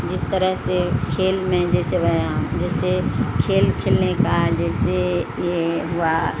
جس طرح سے کھیل میں جیسے وے جیسے کھیل کھیلنے کا جیسے یہ ہوا